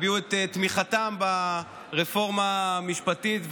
והביעו את תמיכתם ברפורמה המשפטית,